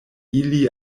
ili